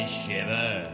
shiver